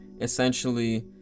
essentially